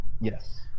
Yes